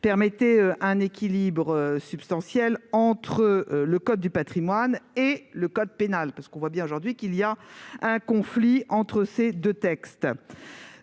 permet un équilibre substantiel entre le code du patrimoine et le code pénal- on voit bien aujourd'hui qu'un conflit existe entre ces deux textes.